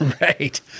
Right